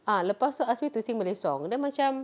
ah lepas tu ask me to sing malay song then macam